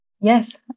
Yes